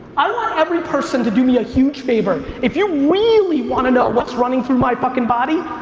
i want every person to do me a huge favor. if you really want to know what's running through my fuckin' body,